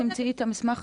תמצאי את המסמך,